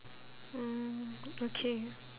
mm okay